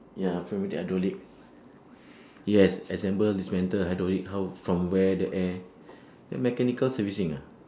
ya prismatic hydraulic yes assemble dismantle hydraulic how from where the air ya mechanical servicing ah